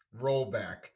rollback